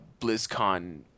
BlizzCon